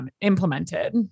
implemented